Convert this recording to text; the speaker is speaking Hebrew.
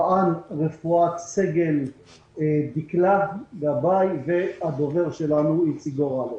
רע"ן רפואה סגן דקלה גבאי והדובר שלנו איציק גורלוב.